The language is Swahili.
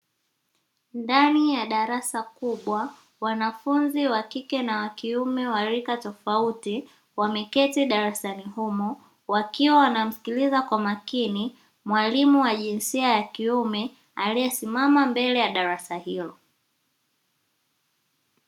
Ndani ya darasa kubwa, wanafunzi wakike na wakiume wa rika tofauti wameketi darasani humo wakiwa wanamsikiliza kwa makini, mwalimu wa jinsia ya kiume laiyesimama mbele ya darasa hilo.